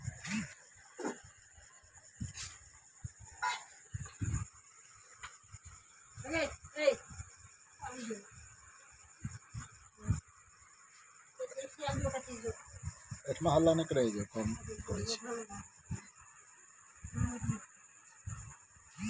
कीरा केँ जानबर जकाँ पोसब केँ कीरी पोसब कहय छै